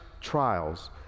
trials